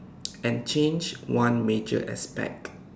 and change one major aspect